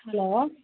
hello